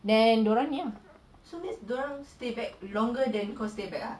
then dorang ni ah